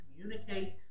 communicate